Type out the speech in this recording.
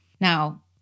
Now